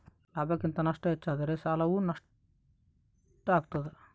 ಲಾಭಕ್ಕಿಂತ ನಷ್ಟ ಹೆಚ್ಚಾದರೆ ಸಾಲವು ನಷ್ಟ ಆಗ್ತಾದ